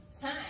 time